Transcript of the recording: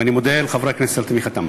ואני מודה לחברי הכנסת על תמיכתם.